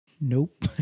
Nope